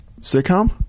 Sitcom